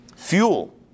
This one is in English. fuel